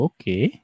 Okay